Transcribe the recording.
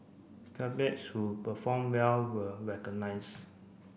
who performed well were recognised